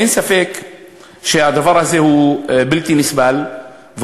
אין ספק שהדבר הזה הוא בלתי נסבל,